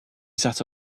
sat